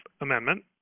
Amendment